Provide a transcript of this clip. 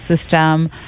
system